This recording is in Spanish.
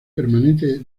permanente